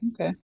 Okay